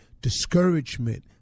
discouragement